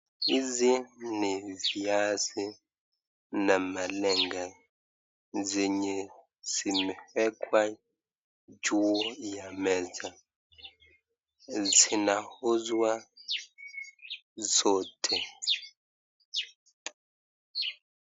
Hizi ni viazi na malenge zenye zimewekwa juu ya meza zinauzwa zote.